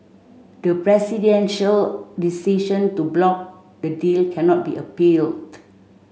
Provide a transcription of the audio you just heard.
the presidential decision to block the deal cannot be appealed